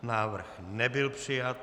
Návrh nebyl přijat.